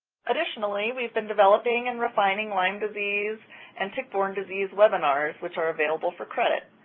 additionally, we've been developing and refining lyme disease and tick-borne disease webinars, which are available for credit.